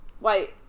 wait